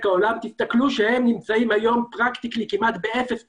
נמצאת היום בכמעט אפס פחם.